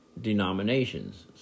denominations